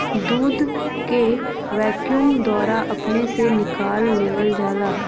दूध के वैक्यूम द्वारा अपने से निकाल लेवल जाला